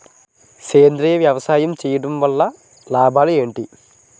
సేంద్రీయ వ్యవసాయం చేయటం వల్ల లాభాలు ఏంటి?